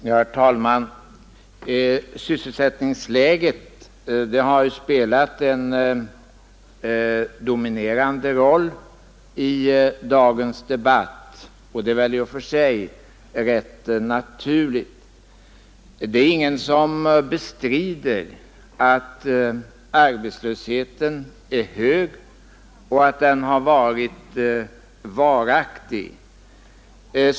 Herr talman! Sysselsättningsläget har spelat en dominerande roll i dagens debatt, och det är väl i och för sig rätt naturligt. Det är ingen som bestrider att arbetslösheten är hög och att den har varit varaktig.